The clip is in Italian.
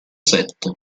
set